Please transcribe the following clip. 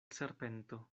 serpento